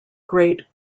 great